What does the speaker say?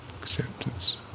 Acceptance